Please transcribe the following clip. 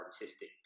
artistic